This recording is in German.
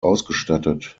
ausgestattet